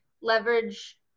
leverage